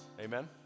Amen